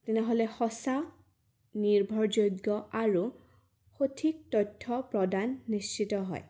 তেনেহ'লে সঁচা নিৰ্ভৰজোগ্য আৰু সঠিক তথ্য প্ৰদান নিশ্চিত হয়